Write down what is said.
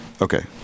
Okay